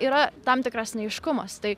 yra tam tikras neaiškumas tai